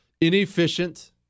inefficient